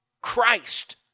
Christ